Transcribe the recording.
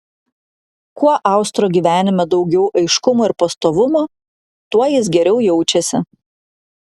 kuo austro gyvenime daugiau aiškumo ir pastovumo tuo jis geriau jaučiasi